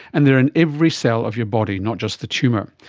and they are in every cell of your body, not just the tumour.